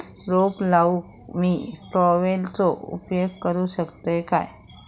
रोपा लाऊक मी ट्रावेलचो उपयोग करू शकतय काय?